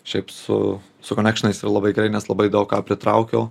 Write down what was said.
šiaip su su konekšionais yra labai gerai nes labai daug ką pritraukiau